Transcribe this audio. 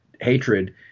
Hatred